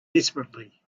desperately